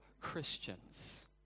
Christians